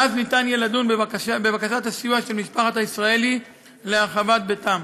ואז יהיה אפשר לדון בבקשת הסיוע של משפחת הישראלי להרחבת ביתם.